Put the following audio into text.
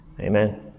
Amen